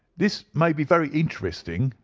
this may be very interesting,